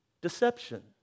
deception